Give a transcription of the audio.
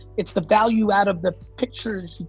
it's the value out of the pictures.